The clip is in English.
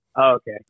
Okay